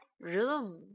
room